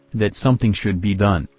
that something should be done,